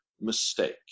mistake